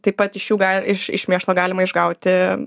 taip pat iš jų ga iš iš mėšlo galima išgauti